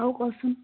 আৰু কচোন